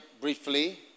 briefly